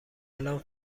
الان